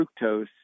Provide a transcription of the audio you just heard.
fructose